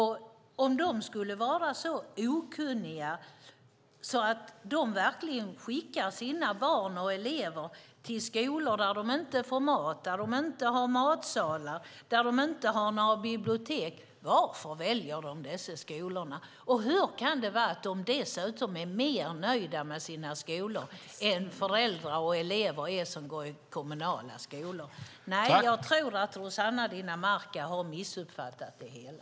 Skulle de vara så okunniga att de skickar sina barn till skolor där de inte får mat, där det inte finns matsalar och där de inte finns några bibliotek? Varför väljer de dessa skolor? Hur kan de dessutom vara mer nöjda med sina skolor än föräldrar och elever är med kommunala skolor? Nej, jag tror att Rossana Dinamarca har missuppfattat det hela.